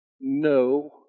No